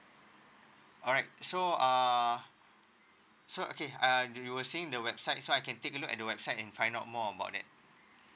alright so uh so okay uh you were saying the website so I can take a look at the website and find out more about that